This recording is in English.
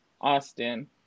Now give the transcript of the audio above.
Austin